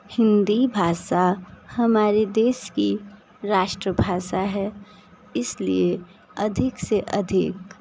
हिंदी भाषा हमारे देश की राष्ट्रभाषा है इसलिए अधिक से अधिक